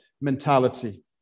mentality